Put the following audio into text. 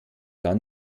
dann